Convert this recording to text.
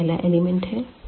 यह पहला एलिमेंट है